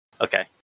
Okay